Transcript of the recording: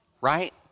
right